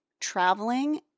traveling